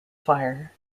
fire